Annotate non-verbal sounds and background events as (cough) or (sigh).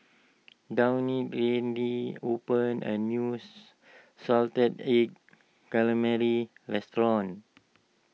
Daunte (unintelligible) opened a news Salted Egg Calamari restaurant